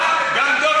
חברת הכנסת מועלם,